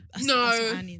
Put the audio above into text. No